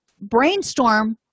brainstorm